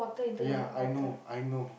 ya I know I know